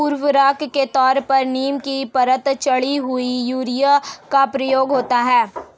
उर्वरक के तौर पर नीम की परत चढ़ी हुई यूरिया का प्रयोग होता है